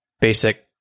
basic